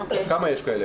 כמה יש כאלה,